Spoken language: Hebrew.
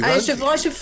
אני לא מוכן.